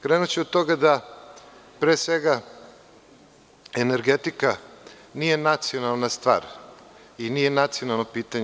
Krenuću od toga da pre svega energetika nije nacionalna stvar i nije nacionalno pitanje.